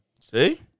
See